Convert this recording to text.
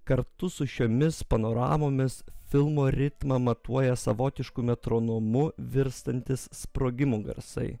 kartu su šiomis panoramomis filmo ritmą matuoja savotišku metronomu virstantys sprogimų garsai